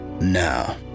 Now